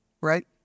right